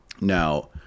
Now